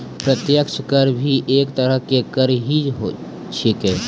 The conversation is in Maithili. प्रत्यक्ष कर भी एक तरह के कर ही छेकै